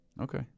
Okay